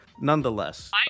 Nonetheless